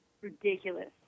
Ridiculous